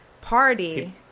party